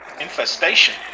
infestation